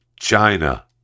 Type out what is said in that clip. China